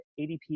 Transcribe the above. ADP